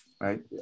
Right